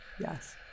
Yes